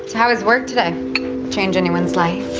how is work today change anyone's life.